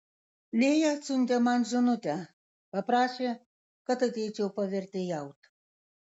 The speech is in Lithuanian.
lėja atsiuntė man žinutę paprašė kad ateičiau pavertėjaut